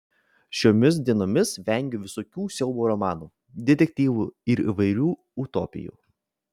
šiomis dienomis vengiu visokių siaubo romanų detektyvų ir įvairių utopijų